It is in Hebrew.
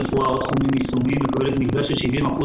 רפואה או תחומים יישומיים מקבלת מלגה של 70%